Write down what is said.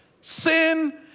Sin